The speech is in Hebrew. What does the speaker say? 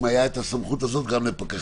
אם הייתה את הסמכות הזו גם לפקחים.